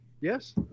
Yes